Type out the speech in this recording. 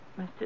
Mr